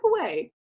away